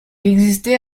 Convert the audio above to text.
existait